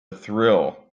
thrill